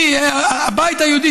הבית היהודי,